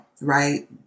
right